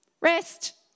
Rest